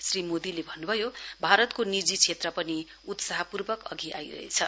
श्री मोदीले भन्न्भयो भारतको निजी क्षेत्र पनि उत्साहपूर्वक अघि आइरहेछ